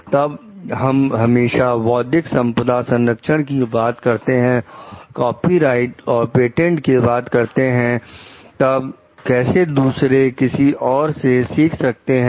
तब हम हमेशा बौद्धिक संपदा संरक्षण की बात करते हैं कॉपीराइट और पेटेंट की बात करते हैं तब कैसे दूसरे किसी और से सीख सकते हैं